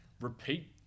repeat